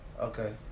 Okay